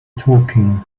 talking